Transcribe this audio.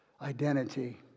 identity